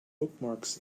bookmarks